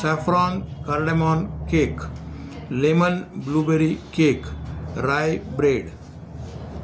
saffron cardamom cake lemon blueberry cake rye bread